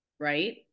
right